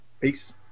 Peace